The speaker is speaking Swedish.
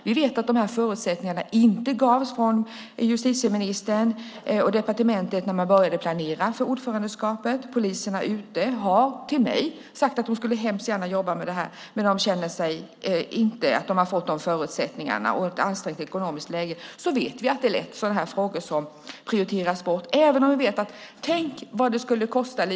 Vi vet att justitieministern och departementet inte gav förutsättningar för detta när man började planera för ordförandeskapet. Poliser ute har sagt till mig att de hemskt gärna skulle vilja jobba med detta, men de känner inte att de har fått de förutsättningarna. I ett ansträngt ekonomiskt läge vet vi att sådana här frågor lätt prioriteras bort, men tänk vad lite det skulle kosta!